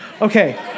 Okay